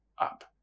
up